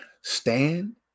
Stand